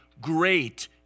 great